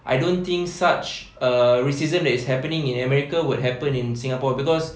I don't think such uh racism that is happening in america would happen in singapore cause